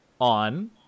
on